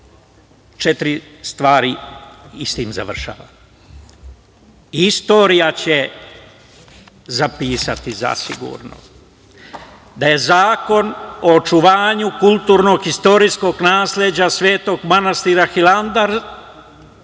četiri stvari i sa tim završavam. Istorija će zapisati zasigurno, da je zakon o očuvanju kulturno i istorijskog nasleđa Svetog manastira Hilandar,